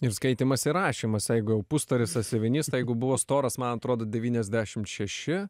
ir skaitymas ir rašymas jeigu jau pustoris sąsiuvinys tai jeigu buvo storas man atrodo devyniasdešimt šeši